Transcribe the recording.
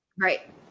Right